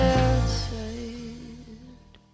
outside